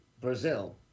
Brazil